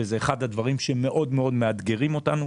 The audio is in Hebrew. וזה אחד הדברים שמאוד-מאוד מאתגרים אותנו.